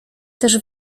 też